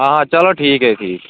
ਹਾਂ ਚਲੋ ਠੀਕ ਹੈ ਠੀਕ